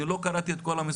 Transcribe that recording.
אני לא קראתי את כל המספרים.